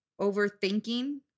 Overthinking